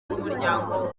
n’umuryango